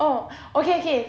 orh okay okay